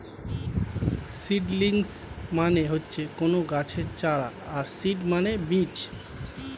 seedlings মানে হচ্ছে কোনো গাছের চারা আর সিড মানে বীজ